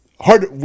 hard